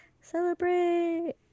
celebrate